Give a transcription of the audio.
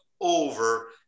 over